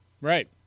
Right